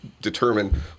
determine